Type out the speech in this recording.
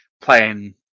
playing